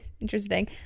interesting